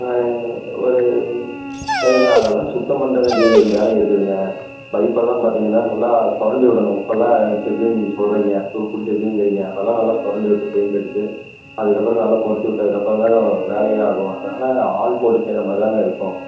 ஒரு ஏங்க அதெல்லாம் சுத்தம் பண்ண வேண்டியது வேலை இருக்குதுங்க பைப்பெல்லாம் பார்த்திங்கன்னா நல்லா சொரண்டி விடணும் உப்பெல்லாம் அரிச்சுருக்குன்னு நீங்கள் சொல்லுறிங்க துரு பிடிச்சிருக்குதுங்குறிங்க அதெல்லாம் நல்லா சொரண்டி விட்டு பெயிண்ட் அடிச்சு அதுக்கப்புறம் நல்ல துடச்சி விட்டு அதுக்கப்பறம்தாங்க வேலையே ஆகும் அதனால் ஆள் போட்டு செய்யற மாதிரி தாங்க இருக்கும்